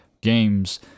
games